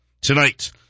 tonight